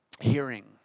hearing